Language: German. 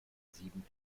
sieben